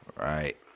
Right